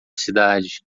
cidade